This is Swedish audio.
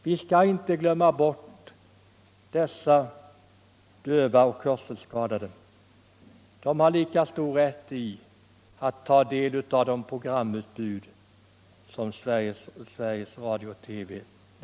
Vi skall inte glömma dessa döva och hörselskadade. De har lika stor rätt som vi andra att ta del av programutbudet från Sveriges Radio-TV.